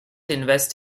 invest